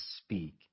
speak